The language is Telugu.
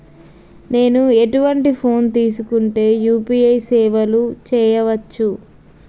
నేను ఎటువంటి ఫోన్ తీసుకుంటే యూ.పీ.ఐ సేవలు చేయవచ్చు?